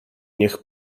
niech